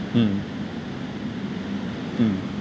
mm mm